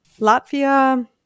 Latvia